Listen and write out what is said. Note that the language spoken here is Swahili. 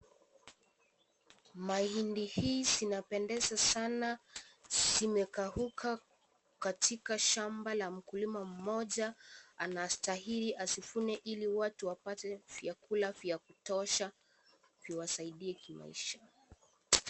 Mahindi hii zinapendeza sana. Zimekauka katika shamba la mkulima mmoja. Anastahili azivune ili watu wapate vyakula vya kutosha viwasaidie kimaisha.